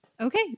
Okay